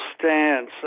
stance